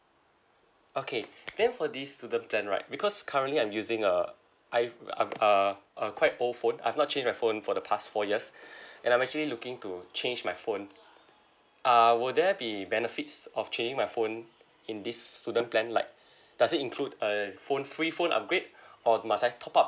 okay then for this student plan right because currently I'm using a iph~ um uh a quite old phone I've not change my phone for the past four years and I'm actually looking to change my phone uh will there be benefits of changing my phone in this student plan like does it include a phone free phone upgrade or must I top up